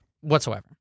Whatsoever